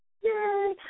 Yay